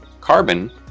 carbon